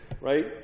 right